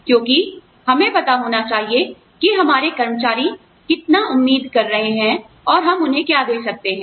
क्योंकि हमें पता होना चाहिए कि हमारे कर्मचारी कितना उम्मीद कर रहे हैं और हम उन्हें क्या दे सकते हैं